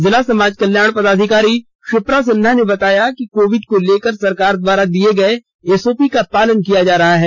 जिला समाज कल्याण पदाधिकारी शिप्रा सिन्हा ने बताया कि कोविड को लेकर सरकार द्वारा दिये गए एसओपी का पालन किया जा रहा है